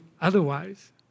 otherwise